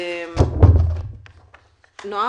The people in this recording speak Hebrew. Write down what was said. נעם